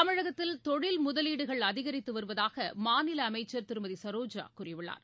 தமிழகத்தில் தொழில் முதலீடுகள் அதிகரித்து வருவதாக மாநில அமைச்சர் திருமதி சரோஜா கூறியுள்ளார்